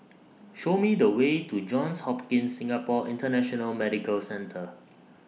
Show Me The Way to Johns Hopkins Singapore International Medical Centre